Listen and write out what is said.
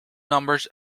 numbers